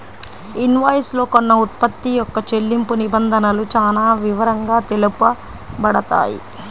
invoice లో కొన్న ఉత్పత్తి యొక్క చెల్లింపు నిబంధనలు చానా వివరంగా తెలుపబడతాయి